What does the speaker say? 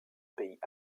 pays